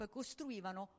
costruivano